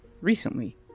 recently